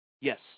Yes